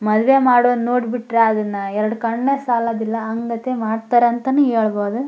ಮದುವೆ ಮಾಡೋದು ನೋಡ್ಬಿಟ್ರೆ ಅದನ್ನು ಎರಡು ಕಣ್ಣೇ ಸಾಲೋದಿಲ್ಲ ಹಂಗತೆ ಮಾಡ್ತಾರಂತನೂ ಹೇಳ್ಬೋದು